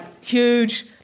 huge